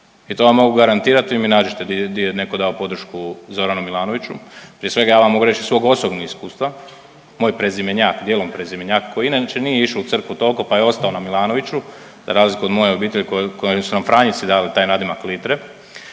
I to vam mogu garantirati ili mi nađite di je netko dao podršku Zoranu Milanoviću. Prije svega, ja vam mogu reći iz svog osobnog iskustva, moj prezimenjak, dijelom prezimenjak koji inače nije išao u crkvu toliko pa je ostalo na Milanoviću, za razliku od moje obitelji kojem su nam franjevci dali taj nadimak Litre,